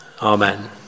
Amen